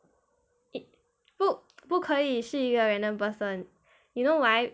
it 不不可以是一个 random person you know why